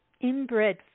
inbred